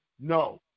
no